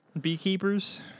Beekeepers